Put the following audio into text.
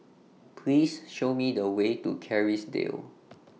Please Show Me The Way to Kerrisdale